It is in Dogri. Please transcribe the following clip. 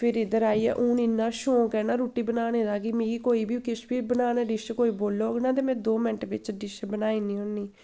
फिर इद्धर आइयै हून इन्ना शौक ऐ ना रुट्टी बनाने दा कि मिगी कोई बी किश बी बनाना कोई डिश बोलग ना ते में दौ मैंट बिच्च डिश बनाई ओड़नी होन्नीं